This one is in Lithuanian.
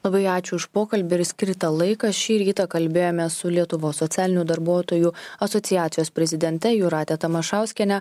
labai ačiū už pokalbį ir skritą laiką šį rytą kalbėjomės su lietuvos socialinių darbuotojų asociacijos prezidente jūrate tamašauskiene